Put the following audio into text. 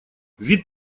вид